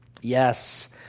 Yes